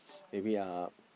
maybe uh